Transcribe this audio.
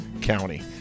county